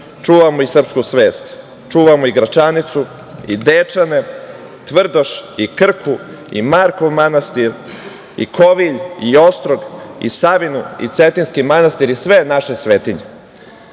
čuvamo i srpsku svest, čuvamo i Gračanicu i Dečane, Tvrdoš i Krku i Markov manastir i Kovilj i Ostrog i Savinu i Cetinjski manastir i sve naše svetinje. Kada